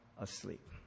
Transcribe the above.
asleep